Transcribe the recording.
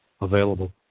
available